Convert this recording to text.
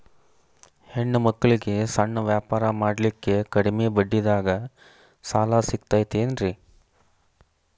ಹೆಣ್ಣ ಮಕ್ಕಳಿಗೆ ಸಣ್ಣ ವ್ಯಾಪಾರ ಮಾಡ್ಲಿಕ್ಕೆ ಕಡಿಮಿ ಬಡ್ಡಿದಾಗ ಸಾಲ ಸಿಗತೈತೇನ್ರಿ?